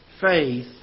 faith